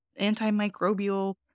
antimicrobial